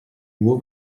nur